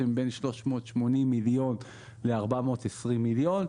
הן בין 380 מיליון ל-420 מיליון.